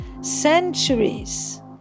centuries